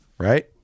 Right